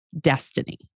destiny